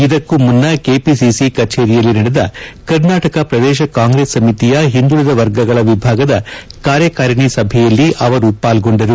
ಇದಕ್ಕೂ ಮುನ್ನ ಕೆಪಿಸಿಸಿ ಕಚೇರಿಯಲ್ಲಿ ನಡೆದ ಕರ್ನಾಟಕ ಪ್ರದೇಶ ಕಾಂಗ್ರೆಸ್ ಸಮಿತಿಯ ಹಿಂದುಳಿದ ವರ್ಗಗಳ ವಿಭಾಗದ ಕಾರ್ಯಕಾರಿಣಿ ಸಭೆಯಲ್ಲಿ ಅವರು ಪಾಲ್ಗೊಂಡರು